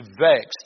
vexed